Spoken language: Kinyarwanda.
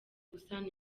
gusana